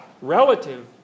relative